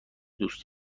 دوست